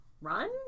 run